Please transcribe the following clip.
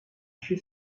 she